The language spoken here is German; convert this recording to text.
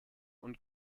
und